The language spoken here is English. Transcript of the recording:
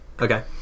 Okay